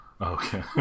Okay